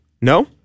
No